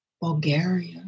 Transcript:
Bulgaria